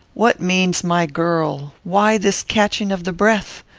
what means my girl? why this catching of the breath?